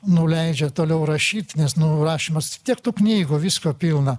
nu leidžia toliau rašyt nes nu rašymas tiek tų knygų visko pilna